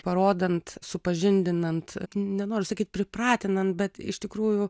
parodant supažindinant nenoriu sakyt pripratinant bet iš tikrųjų